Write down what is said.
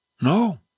No